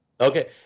okay